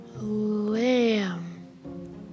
Lamb